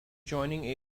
joining